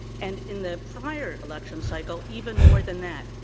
and in the prior election cycle, even more than that.